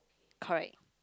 correct